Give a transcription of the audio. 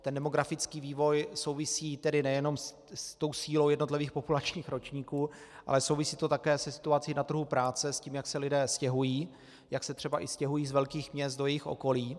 Ten demografický vývoj souvisí tedy nejenom se sílou jednotlivých populačních ročníků, ale souvisí to také se situací na trhu práce, s tím, jak se lidé stěhují, jak se třeba i stěhují z velkých měst do jejich okolí.